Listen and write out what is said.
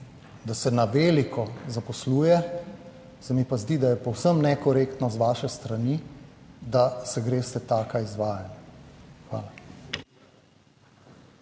da se na veliko zaposluje, se mi pa zdi, da je povsem nekorektno z vaše strani, da se greste taka izvajanja. Hvala.